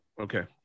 Okay